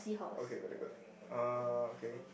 okay very good uh okay